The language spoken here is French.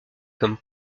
comme